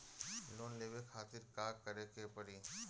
Loan लेवे खातिर का करे के पड़ी?